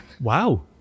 Wow